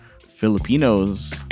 Filipinos